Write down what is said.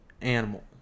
animal